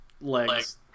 legs